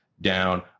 down